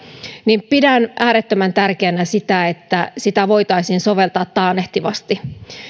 niin pidän äärettömän tärkeänä sitä että sitä voitaisiin soveltaa taannehtivasti